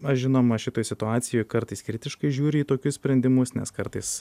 aš žinoma šitoj situacijoj kartais kritiškai žiūriu į tokius sprendimus nes kartais